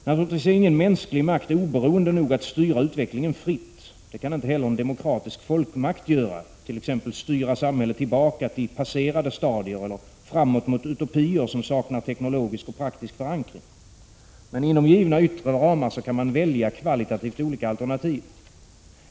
Naturligtvis är ingen mänsklig makt oberoende nog att styra utvecklingen fritt. Inte heller en demokratisk folkmakt kan styra samhället tillbaka till passerade stadier eller framåt mot utopier, som saknar teknologisk och praktisk förankring. Men inom givna yttre ramar kan man välja kvalitativt olika alternativ.